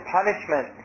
punishment